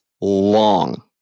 long